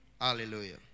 Hallelujah